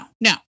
No